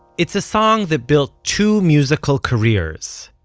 it's a song that built two musical careers,